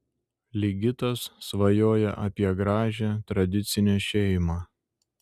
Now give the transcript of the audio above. ligitas svajoja apie gražią tradicinę šeimą